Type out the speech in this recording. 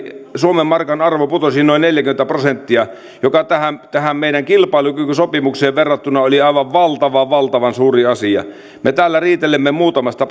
suomen markan arvo putosi noin neljäkymmentä prosenttia mikä tähän tähän meidän kilpailukykysopimukseen verrattuna oli aivan valtavan valtavan suuri asia me täällä riitelemme muutamasta